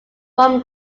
from